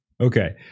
Okay